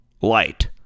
light